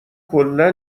کلا